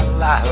la